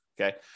Okay